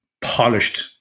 polished